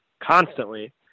constantly